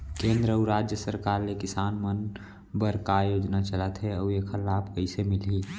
केंद्र अऊ राज्य सरकार ले किसान मन बर का का योजना चलत हे अऊ एखर लाभ कइसे मिलही?